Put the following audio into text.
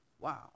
wow